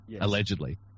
Allegedly